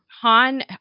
Han